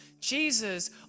Jesus